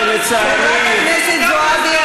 חברת הכנסת זועבי,